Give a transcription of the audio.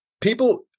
people